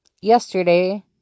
yesterday